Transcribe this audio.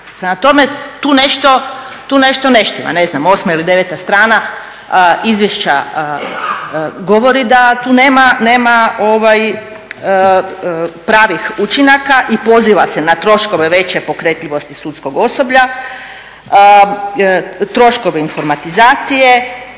tome tu nešto ne štima. Ne znam, osma ili deveta strana izvješća govori da tu nema pravih učinaka i poziva se na troškove veće pokretljivosti sudskog osoblja, troškove informatizacije.